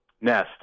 nest